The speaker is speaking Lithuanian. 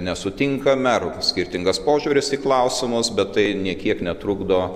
nesutinkame ar skirtingas požiūris į klausimus bet tai nė kiek netrukdo